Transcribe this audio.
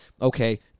okay